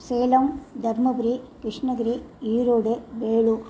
Salem Dharmapuri Krishnagiri Erode Vellore